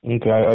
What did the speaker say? Okay